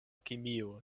kemio